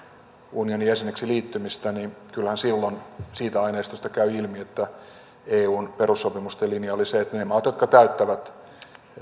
unionin jäseneksi liittymistä niin kyllähän silloin siitä aineistosta käy ilmi että eun perussopimusten linja oli se että ne ne maat jotka täyttävät